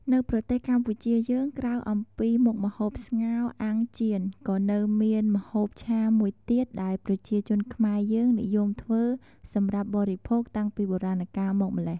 នៅប្រទេសកម្ពុជាយើងក្រៅអំពីមុខម្ហូប ស្ងោរ អាំង ចៀន ក៏នៅមានម្ហូបឆាមួយទៀតដែលប្រជាជនខ្មែរយើងនិយមធ្វើសម្រាប់បរិភោគតាំងពីបុរាណកាលមកម្ល៉េះ។